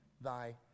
thy